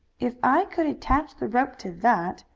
if i could attach the rope to that,